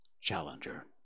Challenger